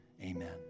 Amen